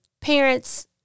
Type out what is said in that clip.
parents